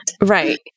Right